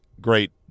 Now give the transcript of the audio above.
great